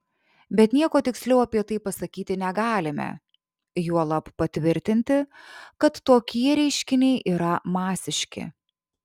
bet nieko tiksliau apie tai pasakyti negalime juolab patvirtinti kad tokie reiškiniai yra masiški